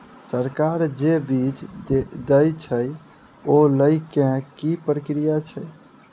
सरकार जे बीज देय छै ओ लय केँ की प्रक्रिया छै?